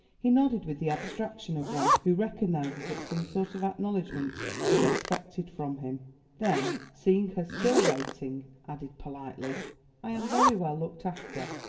he nodded with the abstraction of one who recognises that some sort of acknowledgment is expected from him then, seeing her still waiting, added politely i am very well looked after,